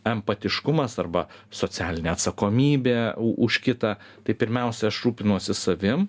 empatiškumas arba socialinė atsakomybė už kitą tai pirmiausia aš rūpinuosi savim